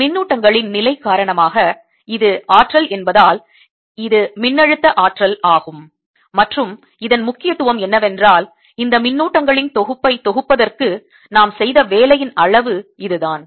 மின்னூட்டங்களின் நிலை காரணமாக இது ஆற்றல் என்பதால் இது மின்னழுத்த ஆற்றல் ஆகும் மற்றும் இதன் முக்கியத்துவம் என்னவென்றால் இந்த மின்னூட்டங்களின் தொகுப்பை தொகுப்பதற்கு நாம் செய்த வேலையின் அளவு இதுதான்